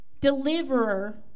deliverer